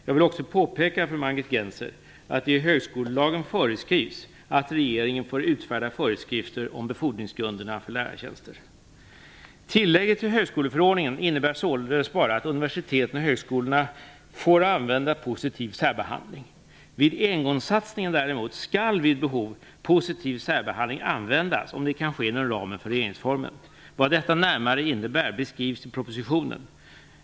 Jag vill också påpeka för Margit Gennser att det i högskolelagen föreskrivs att regeringen får utfärda föreskrifter om befordringsgrunderna för lärartjänster. Tillägget till högskoleförordningen innebär således bara att universiteten och högskolorna får använda positiv särbehandling. Vid engångssatsningen däremot skall, vid behov, positiv särbehandling användas, om det kan ske inom ramen för regeringsformen. Vad detta närmare innebär beskrivs i propositionen.